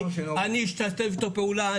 אני אשתף איתו פעולה,